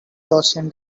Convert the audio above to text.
gaussian